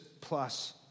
plus